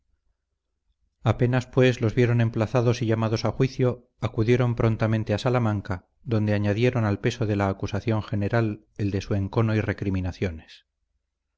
apenas pues los vieron emplazados y llamados a juicio acudieron prontamente a salamanca donde añadieron al peso de la acusación general el de su encono y recriminaciones